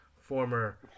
former